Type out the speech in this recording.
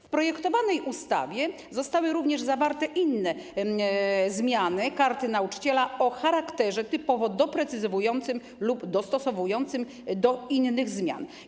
W projektowanej ustawie zostały również zawarte inne zmiany Karty Nauczyciela o charakterze typowo doprecyzowującym lub dostosowującym do innych zmian.